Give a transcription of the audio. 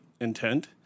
intent